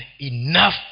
enough